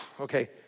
okay